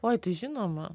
oi tai žinoma